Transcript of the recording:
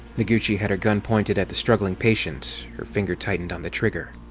noguchi had her gun pointed at the struggling patient. her finger tightened on the trigger.